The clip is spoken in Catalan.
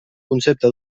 concepte